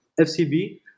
FCB